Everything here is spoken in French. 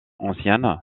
anciennes